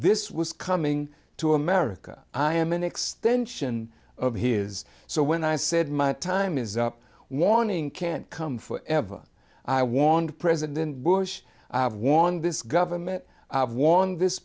this was coming to america i am an extension of here is so when i said my time is up warning can't come for ever i warned president bush i have won this government of war on this